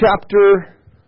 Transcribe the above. chapter